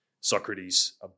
Socrates